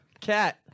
cat